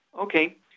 Okay